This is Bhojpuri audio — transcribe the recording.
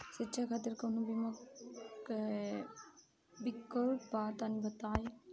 शिक्षा खातिर कौनो बीमा क विक्लप बा तनि बताई?